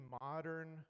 modern